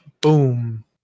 Boom